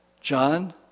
John